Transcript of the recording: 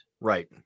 Right